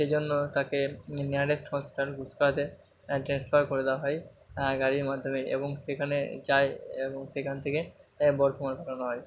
সেই জন্য তাকে নিয়ারেস্ট হসপিটাল গুসকরাতে ট্র্যান্সফার করে দেওয়া হয় গাড়ির মাধ্যমে এবং সেখানে যায় এবং সেখান থেকে বর্ধমানে পাঠানো হয়